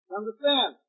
understand